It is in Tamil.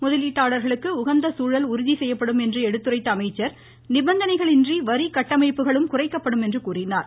முதலீட்டாளர்களுக்கு உகந்த சூழல் உறுதி செய்யப்படும் என்று எடுத்துரைத்த அமைச்சர் நிபந்தனைகளின்றி வரி கட்டமைப்புகளும் குறைக்கப்படும் என்றார்